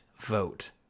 vote